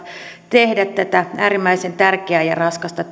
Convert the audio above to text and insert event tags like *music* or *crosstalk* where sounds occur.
tehdä tätä äärimmäisen tärkeää ja raskasta *unintelligible*